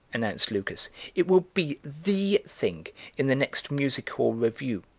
announced lucas it will be the thing in the next music-hall revue.